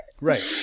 Right